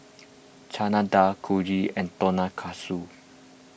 Chana Dal Kulfi and Tonkatsu